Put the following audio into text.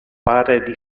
pare